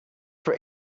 for